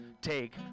Take